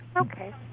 Okay